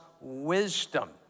wisdom